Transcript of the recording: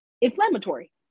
inflammatory